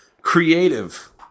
creative